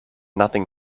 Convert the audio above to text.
nothing